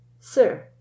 Sir